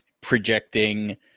projecting